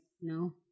No